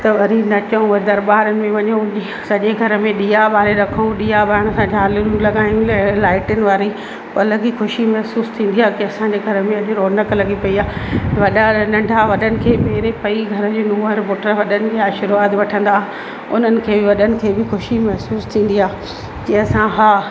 त वरी नचूं दरबार में वञूं सॼे घर में ॾीआ ॿारे रखूं ॾीआ ॿारण खां झालरूं लॻायूं ल लाईटिन वारी हो अलगि ई ख़ुशी महिसूसु थींदी आहे की असांजे घर में अॼु रौनक़ु लॻी पई आहे वॾा नंढनि खे पेरे पई घर जी नूहर पुट वॾनि जा आशीर्वाद वठंदा उन्हनि खे वॾनि खे बि ख़ुशी महिसूसु थींदी आहे की असां हा